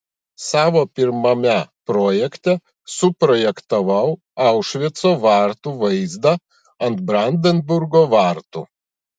savo pirmame projekte suprojektavau aušvico vartų vaizdą ant brandenburgo vartų